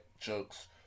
jokes